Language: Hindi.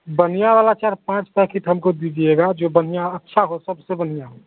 बढ़िया वाला चार पाँच पैकेट हमको दीजिएगा जो बढ़िया अच्छा हो सबसे बढ़िया हो